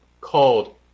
called